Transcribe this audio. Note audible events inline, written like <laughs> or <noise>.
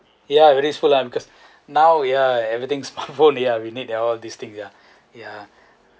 yeah very good ah because now yeah everything <laughs> smartphone ya we need their all these thing ya